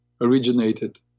originated